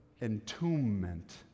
entombment